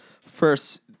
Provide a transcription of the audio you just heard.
First